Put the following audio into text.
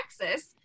Texas